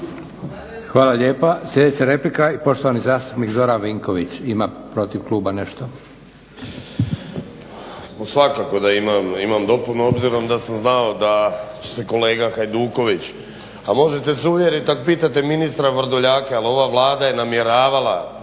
Hvala lijepa. Sljedeća replika i poštovani zastupnik Zoran Vinković ima protiv kluba nešto. **Vinković, Zoran (HDSSB)** Svakako da imam dopunu obzirom da sam znao da će se kolega Hajduković, a možete se uvjerit ako pitate ministra Vrdoljaka jer ova Vlada je namjeravala